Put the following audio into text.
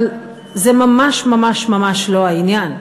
אבל זה ממש ממש ממש לא העניין,